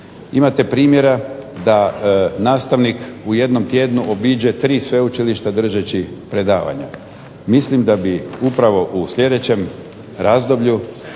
Imate primjera da nastavnik u jednom tjednu obiđe tri sveučilišta držeći predavanja. Mislim da bi upravo u sljedećem razdoblju